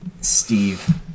Steve